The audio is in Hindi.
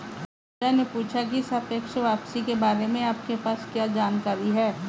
पूजा ने पूछा की सापेक्ष वापसी के बारे में आपके पास क्या जानकारी है?